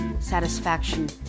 satisfaction